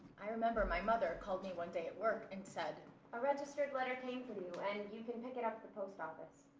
i remember my mother called me one day at work and said a registered letter came for you, and you can pick it up at the post office.